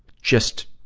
just